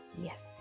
yes